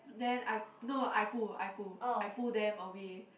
then I no I pull I pull I pull them away